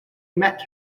met